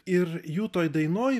ir jų toj dainoj